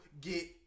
get